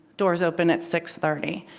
doors open at six thirty.